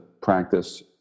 practice